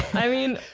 i mean